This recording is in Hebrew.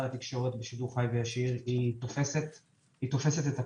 לתקשורת בשידור חי וישיר תופסת את הכול,